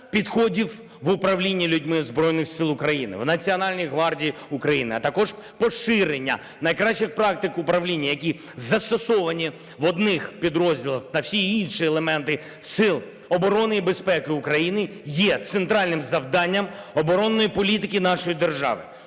підходів в управлінні людьми у Збройних Силах України, в Національній гвардії України, а також поширення найкращих практик управління, які застосовані в одних підрозділах, та всі інші елементи сил оборони і безпеки України є центральним завданням оборонної політики нашої держави.